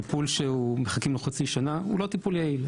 טיפול שמחכים לו חצי שנה הוא לא טיפול יעיל,